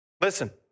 Listen